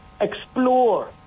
explore